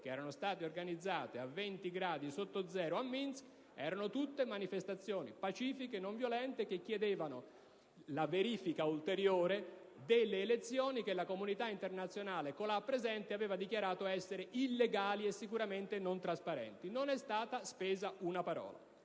temperatura di 20 gradi centigradi sotto zero, a Minsk erano tutte pacifiche e non violente e chiedevano la verifica ulteriore delle elezioni, che la comunità internazionale, colà presente, aveva dichiarato essere illegali e sicuramente non trasparenti. Non è stata spesa una parola.